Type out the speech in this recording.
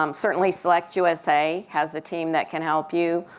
um certainly select usa has a team that can help you.